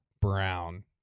Brown